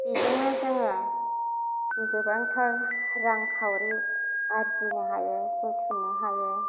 बेदिनो जोङो गोबांथार रां खावरि आरजिनो हायो बुथुमनो हायो